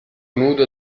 nudo